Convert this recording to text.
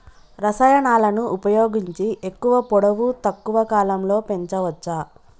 రసాయనాలను ఉపయోగించి ఎక్కువ పొడవు తక్కువ కాలంలో పెంచవచ్చా?